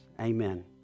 Amen